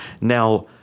Now